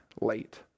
late